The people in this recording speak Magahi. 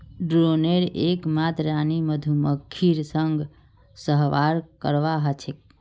ड्रोनेर एकमात रानी मधुमक्खीर संग सहवास करवा ह छेक